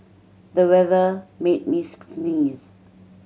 the weather made me sneeze